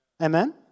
Amen